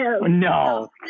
No